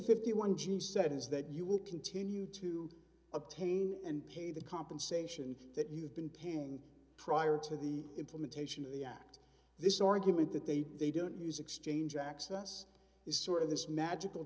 is that you will continue to obtain and pay the compensation that you have been paying prior to the implementation of the act this argument that they they don't use exchange access is sort of this magical